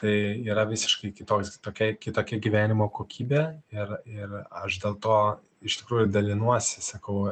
tai yra visiškai kitoks tokia kitokia gyvenimo kokybė ir ir aš dėl to iš tikrųjų ir dalinuosi sakau